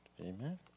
Amen